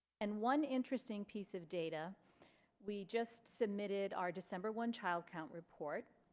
and one interesting piece of data we just submitted our december one child count report